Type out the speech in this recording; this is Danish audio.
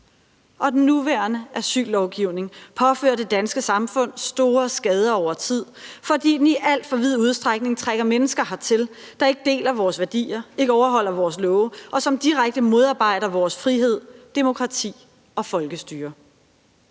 Og den nuværende asyllovgivning påfører det danske samfund store skader over tid, fordi den i alt for vid udstrækning trækker mennesker hertil, der ikke deler vores værdier, ikke overholder vores love, og som direkte modarbejder vores frihed, demokrati og folkestyre.